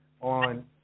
on